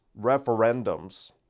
referendums